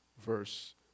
verse